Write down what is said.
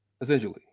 Essentially